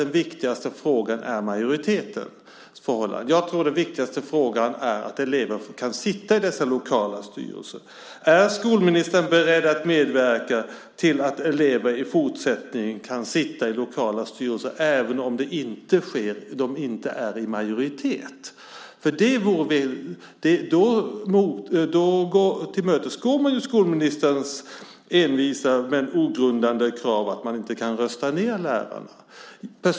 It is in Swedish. Den viktigaste frågan är inte majoritetsförhållandet. Den viktigaste frågan är att elever kan sitta i dessa lokala styrelser. Är skolministern beredd att medverka till att elever i fortsättningen kan sitta i lokala styrelser även om de inte är i majoritet? Då tillmötesgås skolministerns envisa, men ogrundade, krav att eleverna inte ska kunna rösta ned lärarna.